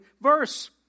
verse